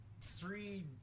three